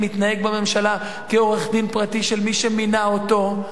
מתנהג בממשלה כעורך-דין פרטי של מי שמינה אותו,